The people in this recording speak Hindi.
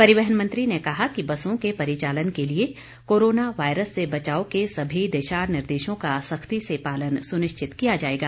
परिवहन मन्त्री ने कहा कि बसों के परिचालन के लिए कोरोना वायरस से बचाव के सभी दिशा निर्देशों का सख्ती से पालन सुनिश्चित किया जाएगा